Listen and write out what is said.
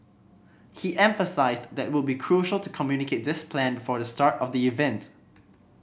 he emphasised that would be crucial to communicate this plan before the start of the event